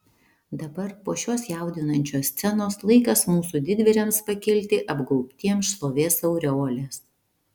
dabar po šios jaudinančios scenos laikas mūsų didvyriams pakilti apgaubtiems šlovės aureolės